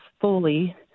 fully